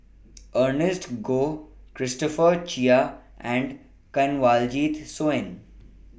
Ernest Goh Christopher Chia and Kanwaljit Soin